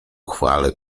chwale